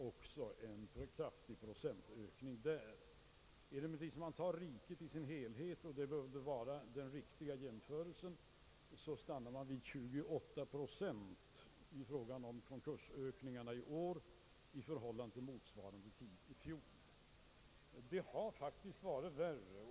Om man tar riket i sin helhet — det bör väl vara den riktiga jämförelsen — stannar konkursernas ökning vid 28 procent i år i förhållande till motsvarande tid i fjol. Det har faktiskt varit värre.